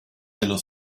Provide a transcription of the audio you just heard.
dello